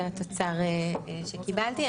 זה התוצר שקיבלתי.